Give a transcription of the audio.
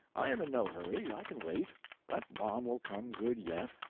i am in no hurry, i can wait that bomb will come good yet.